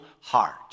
heart